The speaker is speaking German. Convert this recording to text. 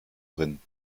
drin